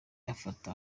afata